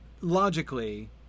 logically